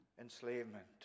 enslavement